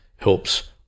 helps